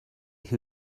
who